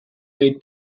neid